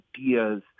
ideas